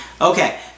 Okay